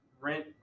rent